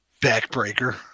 backbreaker